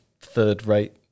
third-rate